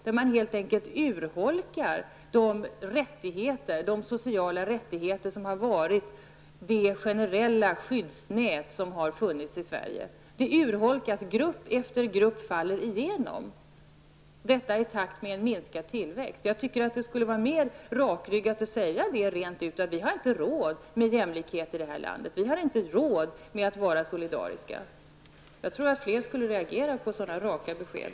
Det blir helt enkelt en urholkning vad gäller de sociala rättigheter som har funnits. Det generella skyddsnätet som har funnits i Sverige urholkas alltså. Grupp efter grupp faller igenom, i takt med minskningen av tillväxten. Jag tycker att det vore mera rakryggat att säga rent ut: Vi har inte råd med jämlikhet i det här landet. Vi har inte råd att vara solidariska. Jag tror att fler skulle reagera på så raka besked.